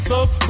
up